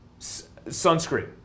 sunscreen